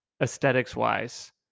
aesthetics-wise